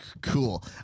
cool